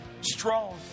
strong